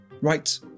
Right